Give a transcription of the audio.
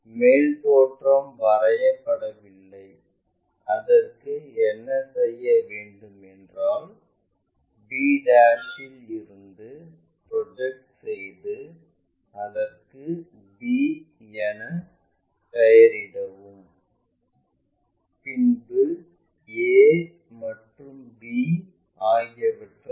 மேல் தோற்றம் வரைய படவில்லை அதற்கு என்ன செய்ய வேண்டும் என்றால் b இல் இருந்து ப்ரொஜெக்ட் செய்து அதற்கு b என பெயர்இடவும் பின்பு a மற்றும் b இணைக்கவும்